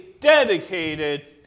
dedicated